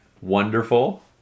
wonderful